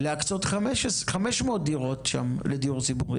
להקצות 500 דירות שם לדיור ציבורי.